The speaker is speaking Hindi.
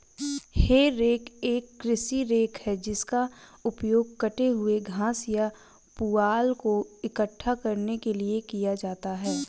हे रेक एक कृषि रेक है जिसका उपयोग कटे हुए घास या पुआल को इकट्ठा करने के लिए किया जाता है